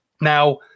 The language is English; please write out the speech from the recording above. Now